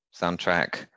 soundtrack